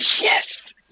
yes